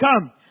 come